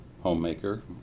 homemaker